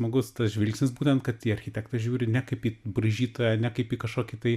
smagus tas žvilgsnis būtent kad į architektą žiūri ne kaip į braižytoją ne kaip į kažkokį tai